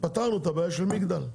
פתרנו את הבעיה של מגדל.